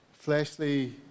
fleshly